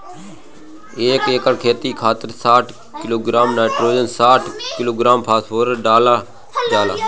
एक एकड़ खेत खातिर साठ किलोग्राम नाइट्रोजन साठ किलोग्राम फास्फोरस डालल जाला?